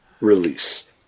release